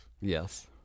Yes